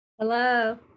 Hello